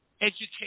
education